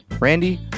Randy